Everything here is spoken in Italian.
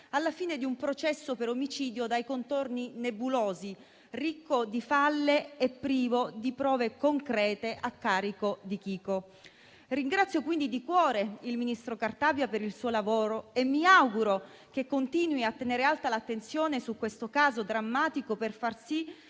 alla fine di un processo per omicidio dai contorni nebulosi, ricco di falle e privo di prove concrete a suo carico. Ringrazio di cuore il ministro Cartabia per il suo lavoro e mi auguro che continui a tenere alta l'attenzione su questo caso drammatico, per far sì